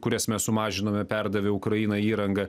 kurias mes sumažinome perdavę ukrainai įrangą